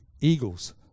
eagles